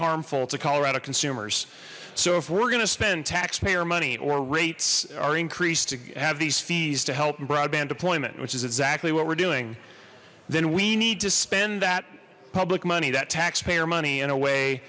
harmful to colorado consumers so if we're gonna spend taxpayer money or rates are increased to have these fees to help broadband deployment which is exactly what we're doing then we need to spend that public money that taxpayer money in a way